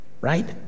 Right